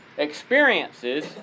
experiences